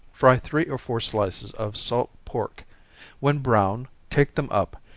fry three or four slices of salt pork when brown, take them up,